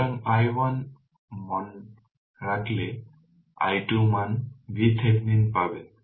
সুতরাং i1 মান রাখলে i2 মান VThevenin পাবেন